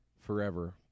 forever